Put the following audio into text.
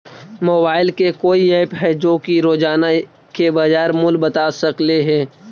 Mobile के कोइ app है जो कि रोजाना के बाजार मुलय बता सकले हे?